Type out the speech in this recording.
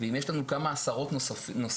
ואם יש לנו כמה עשרות נוספים,